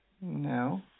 No